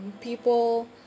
people